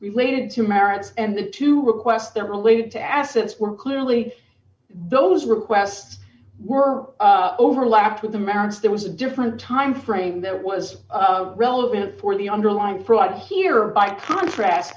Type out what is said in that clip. related to merits and the two requests that related to assets were clearly those requests were overlapped with the marriage there was a different time frame that was relevant for the underlying fraud here by contra